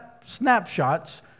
Snapshots